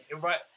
Right